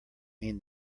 mean